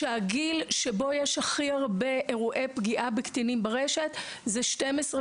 הגיל שבו יש הכי הרבה אירועי פגיעה בקטינים ברשת זה 12,